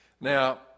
now